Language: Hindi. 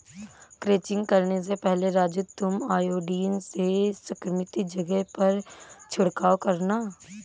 क्रचिंग करने से पहले राजू तुम आयोडीन से संक्रमित जगह पर छिड़काव करना